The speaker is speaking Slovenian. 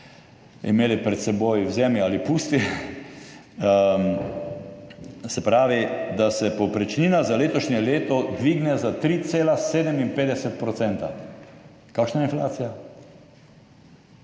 imeli pred seboj vzemi ali pusti, se pravi, da se povprečnina za letošnje leto dvigne za 3,57 %. Kakšna je inflacija?